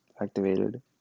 activated